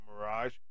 Mirage